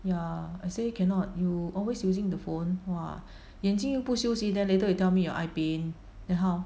ya I say cannot you always using the phone !wah! 眼睛又不休息 then later you tell me your eye pain then how